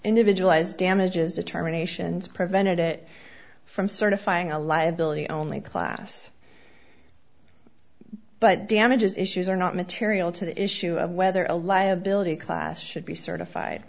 individualized damages determinations prevented it from certifying a liability only class but damages issues are not material to the issue of whether a liability class should be certified